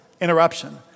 interruption